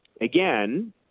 Again